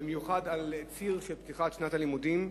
במיוחד על ציר של פתיחת שנת הלימודים.